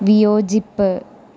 വിയോജിപ്പ്